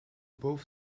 both